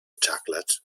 chocolate